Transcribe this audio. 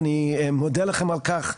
אני מודה לכם על כך.